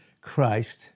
Christ